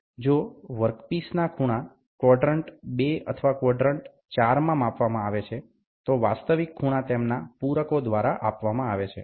જો વર્કપીસના ખૂણા ક્વોડ્રેંટ 2 અથવા ક્વોડ્રેંટ 4માં માપવામાં આવે છે તો વાસ્તવિક ખૂણા તેમના પૂરકો દ્વારા આપવામાં આવે છે